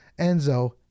Enzo